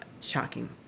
shocking